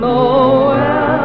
Noel